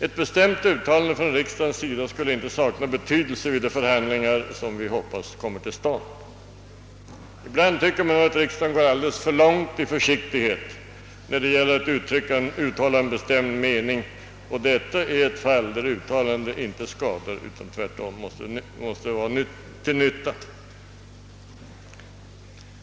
Ett bestämt uttalande från riksdagens sida skulle inte sakna betydelse vid de förhandlingar som vi hoppas kommer till stånd. Ibland tycker man att riksdagen går alldeles för långt i försiktighet när det gäller att uttala en bestämd mening, och detta är ett fall där ett uttalande inte skadar utan tvärtom måste vara till nytta.